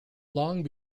long